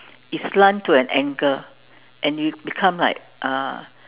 is slant to an angle and you become like uh